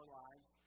lives